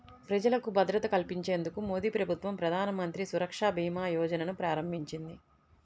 ప్రజలకు భద్రత కల్పించేందుకు మోదీప్రభుత్వం ప్రధానమంత్రి సురక్ష భీమా యోజనను ప్రారంభించింది